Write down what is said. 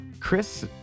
Chris